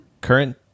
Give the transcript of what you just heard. current